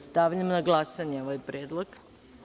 Stavljam na glasanje ovaj predlog.